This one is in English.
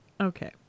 okay